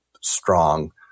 strong